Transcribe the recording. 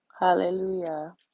Hallelujah